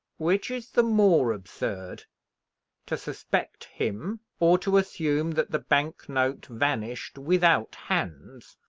which is the more absurd to suspect him, or to assume that the bank-note vanished without hands?